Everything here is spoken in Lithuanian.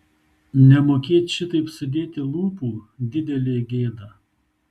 nemokėt šitaip sudėti lūpų didelė gėda